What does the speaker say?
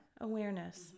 awareness